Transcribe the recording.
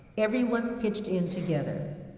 everyone pitched in together.